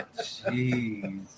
Jeez